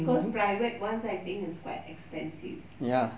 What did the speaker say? because private ones I think is quite expensive